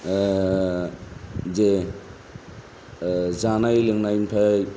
जे जानाय लोंनायनिफ्राय